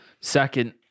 Second